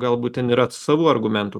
galbūt ten yra savų argumentų